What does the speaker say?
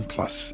Plus